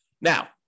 now